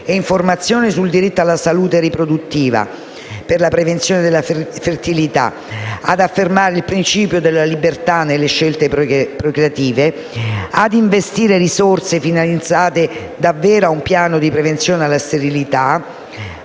e informazione sul diritto alla salute riproduttiva per la prevenzione della fertilità; di affermare il principio della libertà nelle scelte procreative; di investire risorse finalizzate davvero a un piano di prevenzione della sterilità;